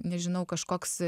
nežinau kažkoks